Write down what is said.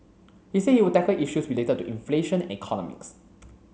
he said he would tackle issues related to inflation and economics